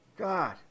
God